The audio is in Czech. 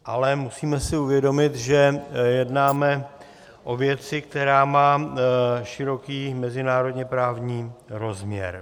Ale musíme si uvědomit, že jednáme o věci, která má široký mezinárodněprávní rozměr.